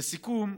לסיכום,